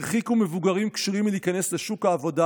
הרחיקו מבוגרים כשירים מכניסה לשוק העבודה